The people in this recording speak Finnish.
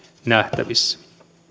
nähtävissä